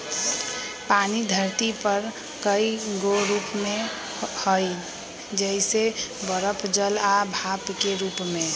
पानी धरती पर कए गो रूप में हई जइसे बरफ जल आ भाप के रूप में